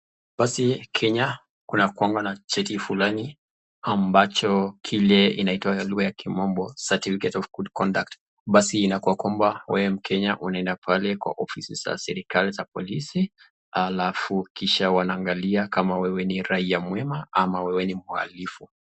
Basi Kenya kunakuwanga na cheti fulani kile kinaitwa kwa lugha ya kimombo certificate of good conduct . Basi inakua kwamba wee mkenya unaenda pale kwa ofisi za serikali za polisi alafu kisha waangalia kama wewe ni raia mwema ama wewe ni muhalifu.